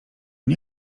nie